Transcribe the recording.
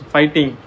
Fighting